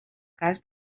cas